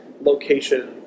location